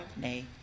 Nay